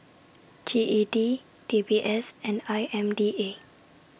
G E D D B S and I M D A